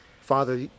Father